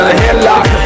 headlock